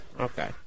Okay